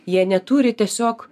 jie neturi tiesiog